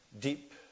deep